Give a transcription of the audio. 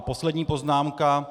Poslední poznámka.